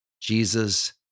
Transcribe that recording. Jesus